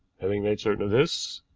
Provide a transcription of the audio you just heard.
having made certain of this,